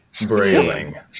brailing